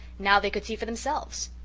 now they could see for themselves!